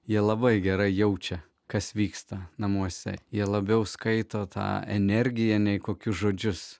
jie labai gerai jaučia kas vyksta namuose jie labiau skaito tą energiją nei kokius žodžius